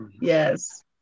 Yes